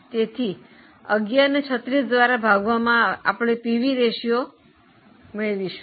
તેથી 11 ને 36 દ્વારા ભાગવામાં આપણે પીવી રેશિયો મેળવીશું